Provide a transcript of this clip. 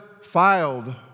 filed